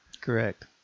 Correct